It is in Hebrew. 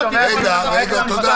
יתייעלו.